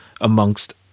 amongst